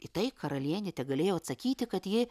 į tai karalienė tegalėjo atsakyti kad ji